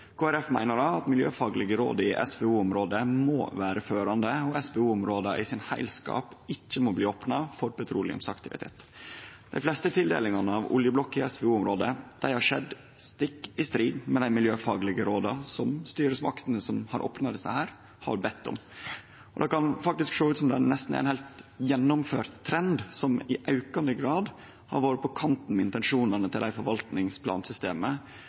Folkeparti meiner at miljøfaglege råd i SVO-området må vere førande, og at ingen av SVO-områda må opnast for petroleumsaktivitet. Dei fleste tildelingane av oljeblokker i SVO-område har skjedd stikk i strid med dei miljøfaglege råda som styresmaktene som har opna for desse, har bedt om. Det kan faktisk sjå ut som det nesten er ein heilt gjennomført trend, som i aukande grad har vore på kant med intensjonane i forvaltningsplansystemet om å vareta dei økologiske funksjonane til